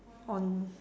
on